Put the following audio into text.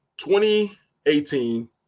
2018